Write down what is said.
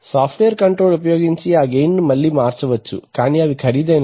software control ఉపయోగించి ఆ gain ను మళ్లీ మార్చవచ్చు కానీ అవి ఖరీదైనవి